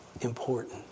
important